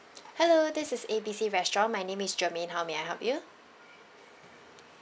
hello this is A B C restaurant my name is germaine how may I help you